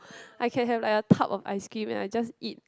I can have like a tub of ice cream and I just eat